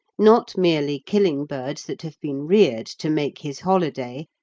not merely killing birds that have been reared to make his holiday,